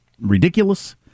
ridiculous